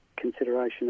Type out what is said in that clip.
consideration